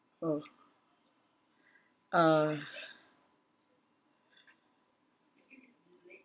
oh uh